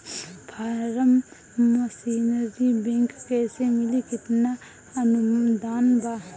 Form machinery bank कैसे मिली कितना अनुदान बा?